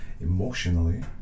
emotionally